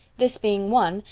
this being won,